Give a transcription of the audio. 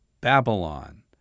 Babylon